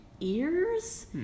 ears